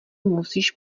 musíš